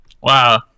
Wow